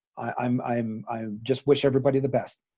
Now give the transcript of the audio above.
i'm, i'm i just wish everybody the best